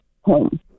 home